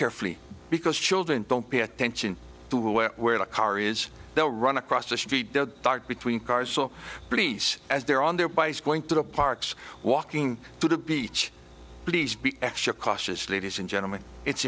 carefully because children don't pay attention to where where the car is they'll run across the street between cars so please as they are on their bikes going to the parks walking to the beach please be extra cautious ladies and gentlemen it's